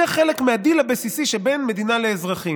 זה חלק מהדיל הבסיסי שבין מדינה לאזרחים.